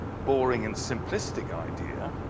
boring and simplistic idea.